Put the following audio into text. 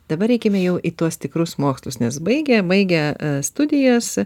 dabar eikime jau į tuos tikrus mokslus nes baigę baigę a studijas